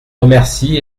remercie